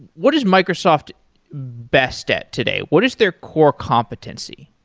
what is microsoft best at today? what is their core competency?